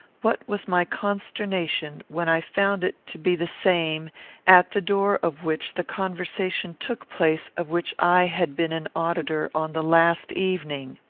what was my consternation when i found it to be the same at the door of which the conversation took place of which i had been an auditor on the last evening!